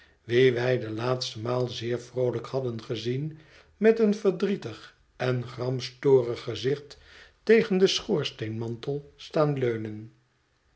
wien wij de laatste maal zeer vroolijk hadden gezien met een verdrietig en gramstorig gezicht tegen den schoorsteenmantel staan leunen